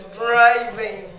driving